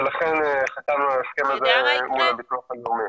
ולכן חתמנו על ההסכם הזה מול הביטוח הלאומי.